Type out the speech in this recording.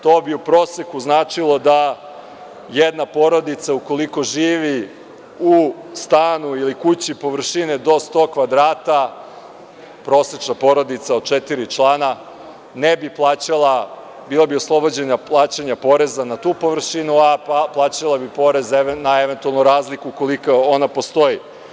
To bi u proseku značilo da jedna porodica ukoliko živi u stanu ili kući površine do 100 kvadrata prosečna porodica od četiri člana, ne bi plaćala, bila bi oslobođena plaćanja poreza na tu površinu, a plaćala bi porez na eventualnu razliku koliko ona postoji.